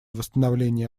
восстановления